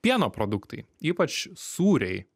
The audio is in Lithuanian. pieno produktai ypač sūriai